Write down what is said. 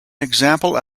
example